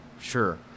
sure